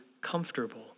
comfortable